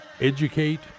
educate